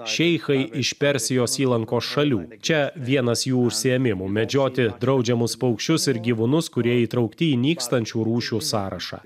šeichai iš persijos įlankos šalių čia vienas jų užsiėmimų medžioti draudžiamus paukščius ir gyvūnus kurie įtraukti į nykstančių rūšių sąrašą